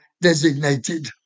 designated